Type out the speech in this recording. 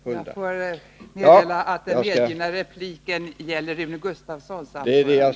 Jag får meddela att den medgivna repliken gäller Rune Gustavssons anförande.